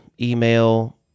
email